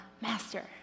master